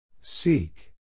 Seek